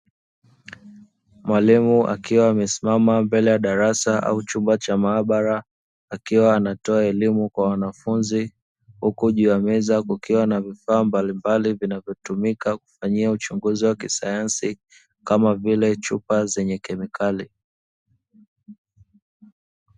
Mwalimu akiwa amesimama mbele ya darasa au chumba cha maabara. Akiwa anatoa elimu kwa wanafunzi, huku juu ya meza kukiwa na vifaa mbalimbali vinavyotumika kufanyia uchunguzi wa kisayansi kama vile chupa zenye kemikali.